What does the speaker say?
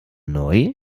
neu